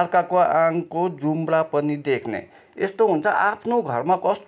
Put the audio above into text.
अर्काको आङ्को जुम्रा पनि देख्ने यस्तो हुन्छ आफ्नो घरमा कस्तो